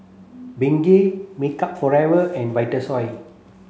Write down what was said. Bengay Makeup Forever and Vitasoy